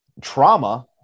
trauma